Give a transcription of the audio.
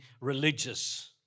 religious